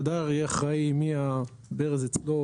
שהדייר יהיה אחראי מהברז עצמו,